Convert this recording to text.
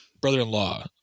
brother-in-law